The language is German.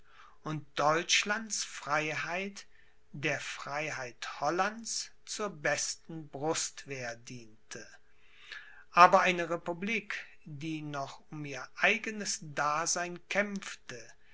und deutschlands freiheit der freiheit hollands zur besten brustwehr diente aber eine republik die noch um ihr eigenes dasein kämpfte